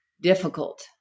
Difficult